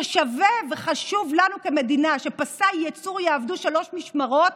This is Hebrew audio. ששווה וחשוב לנו כמדינה שפסי הייצור יעבדו שלוש משמרות